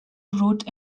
wrote